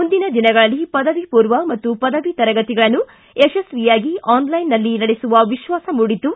ಮುಂದಿನ ದಿನಗಳಲ್ಲಿ ಪದವಿಪೂರ್ವ ಮತ್ತು ಪದವಿ ತರಗತಿಗಳನ್ನು ಯಶಸ್ವಿಯಾಗಿ ಆನ್ಲೈನ್ನಲ್ಲಿ ನಡೆಸುವ ವಿಶ್ವಾಸ ಮೂಡಿದ್ದು